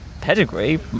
pedigree